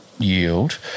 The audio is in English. yield